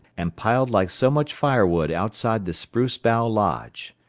and piled like so much firewood outside the spruce-bough lodge.